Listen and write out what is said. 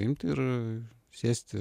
imti ir sėsti